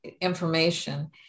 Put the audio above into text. information